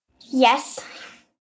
Yes